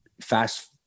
fast